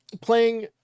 playing